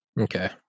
Okay